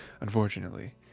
unfortunately